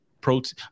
protein